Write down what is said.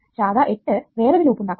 ശാഖ 8 വേറൊരു ലൂപ്പ് ഉണ്ടാക്കുന്നു